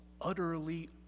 utterly